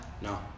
No